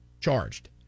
charged